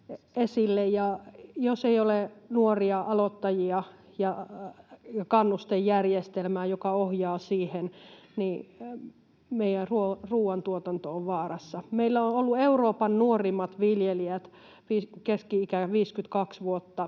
Jos ei ole nuoria aloittajia ja kannustejärjestelmää, joka ohjaa siihen, niin meidän ruoantuotanto on vaarassa. Meillä on ollut Euroopan nuorimmat viljelijät, keski-ikä 52 vuotta,